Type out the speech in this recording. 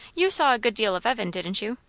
you saw a good deal of evan, didn't you?